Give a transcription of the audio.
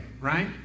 Right